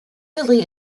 billy